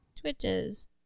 Twitches